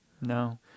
No